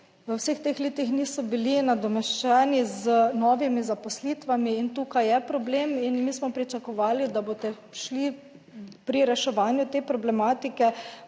vseh teh letih niso bili nadomeščeni z novimi zaposlitvami. In tukaj je problem. In mi smo pričakovali, da boste šli pri reševanju te problematike